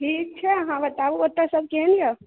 ठीक छै अहाँ बताबू ओतय सब केहन अइ